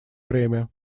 время